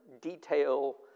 detail